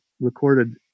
recorded